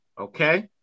Okay